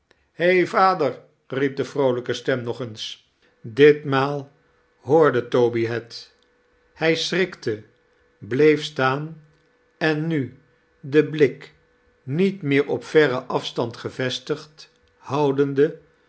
he vader riep de vroolijke stem nog eens ditmaal hoorde toby het hij schrikte bleef staan en nu den blik niet meer op verren af stand gevestigd houdende